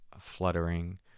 fluttering